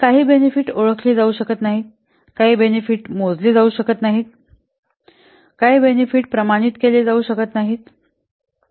तर काही बेनिफिट ओळखले जाऊ शकत नाहीत काही बेनिफिट मोजले जाऊ शकत नाहीत काही बेनिफिट प्रमाणित केले जाऊ शकत नाहीत